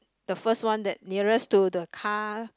the first one that nearest to the car